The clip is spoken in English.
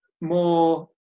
more